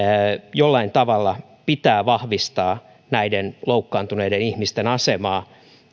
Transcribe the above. jollain tavalla pitää vahvistaa näiden loukkaantuneiden ihmisten asemaa